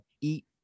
eat